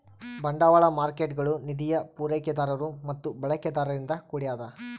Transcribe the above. ಬಂಡವಾಳ ಮಾರ್ಕೇಟ್ಗುಳು ನಿಧಿಯ ಪೂರೈಕೆದಾರರು ಮತ್ತು ಬಳಕೆದಾರರಿಂದ ಕೂಡ್ಯದ